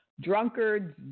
drunkards